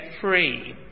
free